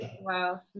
Wow